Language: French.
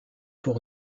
pour